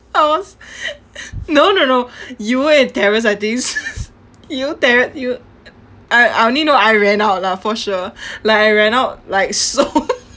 I was no no no you and terence I think you ter~ you I I only know I ran out lah for sure like I ran out like so